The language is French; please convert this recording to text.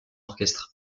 orchestre